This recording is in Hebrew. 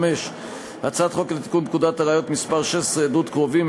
5. הצעת חוק לתיקון פקודת הראיות (מס' 16) (עדות קרובים),